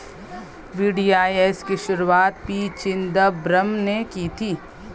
VDIS की शुरुआत P Chidambaram ने की थी